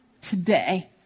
today